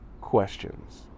questions